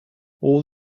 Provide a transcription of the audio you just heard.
all